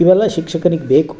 ಇವೆಲ್ಲ ಶಿಕ್ಷಕನಿಗೆ ಬೇಕು